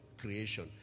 creation